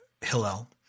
Hillel